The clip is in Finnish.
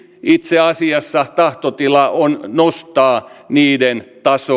itse asiassa tahtotila on nostaa niiden tasoa